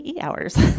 hours